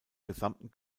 gesamten